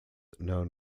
known